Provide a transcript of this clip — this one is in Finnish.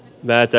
näitä